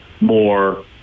more